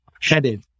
headed